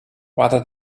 rather